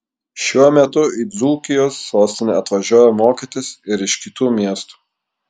šiuo metu į dzūkijos sostinę atvažiuoja mokytis ir iš kitų miestų